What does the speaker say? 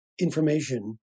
information